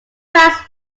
facts